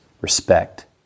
respect